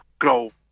go